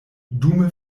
dume